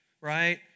right